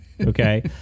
Okay